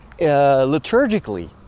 liturgically